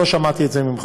לא שמעתי את זה ממך.